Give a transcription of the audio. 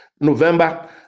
November